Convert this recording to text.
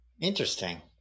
Interesting